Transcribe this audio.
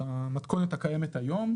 במתכונות הקיימת היום,